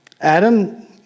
Adam